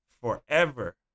forever